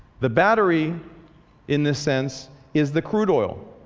the battery in this sense, is the crude oil.